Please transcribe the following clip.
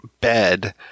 bed